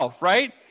right